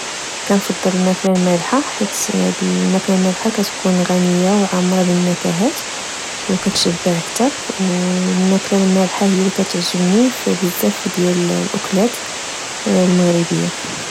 كنفضل الماكلة المالحة ، حيت الماكلة المالحة كتكون غنية بالنكهات و كتشبع أكثر ، و الماكلة المالحة هي لكتعجبني في بزاف ديال الأكلات المغربية